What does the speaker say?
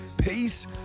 peace